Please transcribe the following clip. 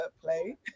play